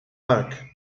park